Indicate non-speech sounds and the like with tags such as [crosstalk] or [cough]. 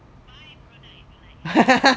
[laughs]